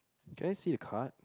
can I see the card